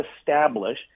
establish